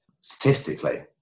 statistically